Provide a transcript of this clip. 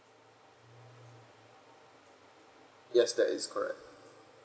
yes that is correct